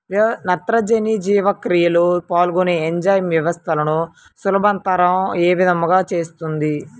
నత్రజని జీవక్రియలో పాల్గొనే ఎంజైమ్ వ్యవస్థలను సులభతరం ఏ విధముగా చేస్తుంది?